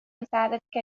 مساعدتك